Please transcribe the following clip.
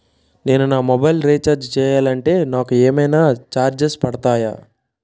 నేను నా mobile recharge చేయాలంటే నాకు ఏమైనా చార్జెస్ పడతాయా?